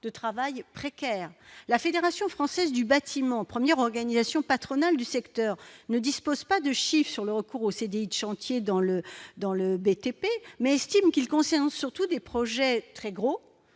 de travail précaire, la Fédération française du bâtiment, premières organisations patronales du secteur ne dispose pas de chiffre sur le recours aux CDI chantier dans le dans le BTP mais estime qu'il concerne surtout des projets très gros